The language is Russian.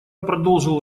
продолжил